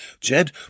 Jed